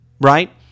right